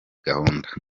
gahunda